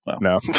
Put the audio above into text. No